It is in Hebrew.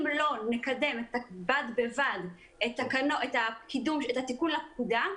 אם לא נקדם בד בבד את התיקון לפקודה,